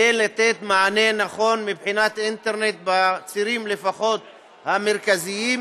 כדי לתת מענה נכון מבחינת אינטרנט לפחות בצירים המרכזיים,